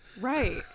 right